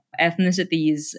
ethnicities